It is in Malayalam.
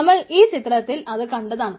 നമ്മൾ ഈ ചിത്രത്തിൽ അത് കണ്ടതാണ്